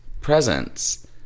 presence